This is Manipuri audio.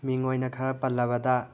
ꯃꯤꯡ ꯑꯣꯏꯅ ꯈꯔ ꯄꯜꯂꯕꯗ